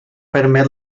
permet